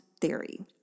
theory